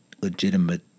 legitimate